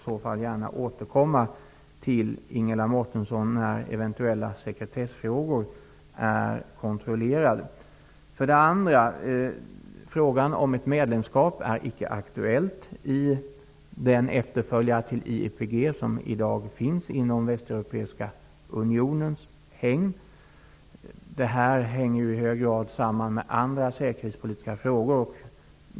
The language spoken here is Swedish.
När eventuella sekretessfrågor är kontrollerade skall jag gärna återkomma till Ingela Frågan om ett medlemskap är icke aktuellt i den efterföljare till IEPG som i dag finns inom Västeuropeiska unionens hägn. Det här hänger i hög grad samman med andra säkerhetspolitiska frågor.